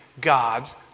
God's